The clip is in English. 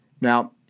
Now